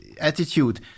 attitude